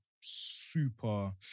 super